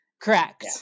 Correct